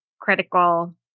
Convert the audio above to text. critical